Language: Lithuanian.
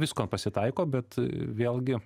visko pasitaiko bet vėlgi